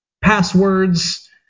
passwords